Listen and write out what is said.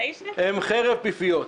הם חרב פיפיות.